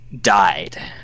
died